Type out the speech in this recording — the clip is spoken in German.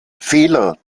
fehler